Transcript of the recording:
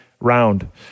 round